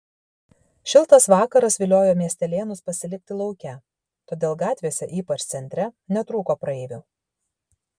šiltas vakaras viliojo miestelėnus pasilikti lauke todėl gatvėse ypač centre netrūko praeivių